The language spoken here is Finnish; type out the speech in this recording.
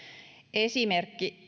esimerkki